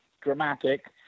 dramatic